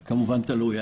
זה כמובן תלוי.